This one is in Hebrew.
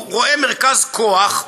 הוא רואה מרכז כוח,